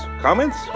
comments